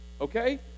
okay